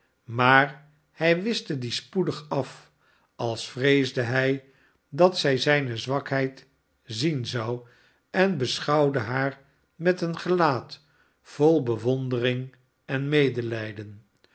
maar hij wischte die spoedig af als vreesde hij dat zij zijne zwakheid zien zou en beschouwde haar met een gelaat vol bewondering en medelijden